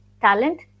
Talent